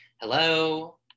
hello